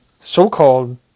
so-called